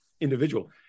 individual